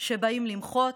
שבאים למחות,